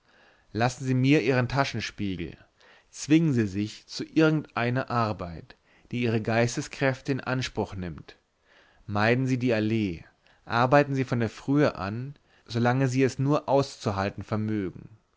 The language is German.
lassen sie mir ihren taschenspiegel zwingen sie sich zu irgend einer arbeit die ihre geisteskräfte in anspruch nimmt meiden sie die allee arbeiten sie von der frühe an solange sie es nur auszuhalten vermögen